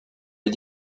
les